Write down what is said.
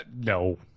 No